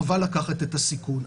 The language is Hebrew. חבל לקחת את הסיכון.